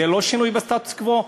זה לא שינוי בסטטוס-קוו?